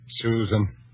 Susan